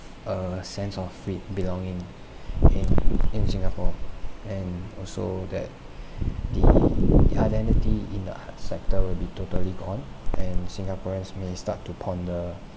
a sense of weak belonging in in singapore and also that the identity in the art sector will be totally gone and singaporeans may start to ponder